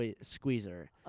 squeezer